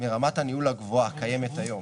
מרמת הניהול הגבוהה הקיימת היום